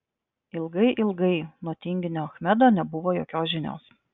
ilgai ilgai nuo tinginio achmedo nebuvo jokios žinios